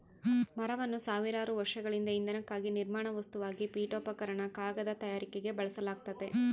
ಮರವನ್ನು ಸಾವಿರಾರು ವರ್ಷಗಳಿಂದ ಇಂಧನಕ್ಕಾಗಿ ನಿರ್ಮಾಣ ವಸ್ತುವಾಗಿ ಪೀಠೋಪಕರಣ ಕಾಗದ ತಯಾರಿಕೆಗೆ ಬಳಸಲಾಗ್ತತೆ